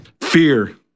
Fear